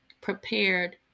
prepared